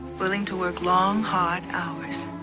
willing to work long, hard hours.